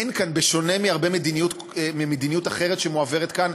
אין כאן, בשונה בהרבה ממדיניות אחרת שמועברת כאן,